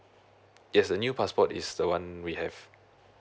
yes a new passport is the one we have